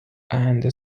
and